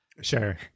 Sure